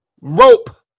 Rope